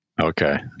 Okay